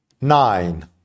Nine